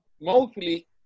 mostly